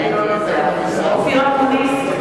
אינו נוכח אופיר אקוניס,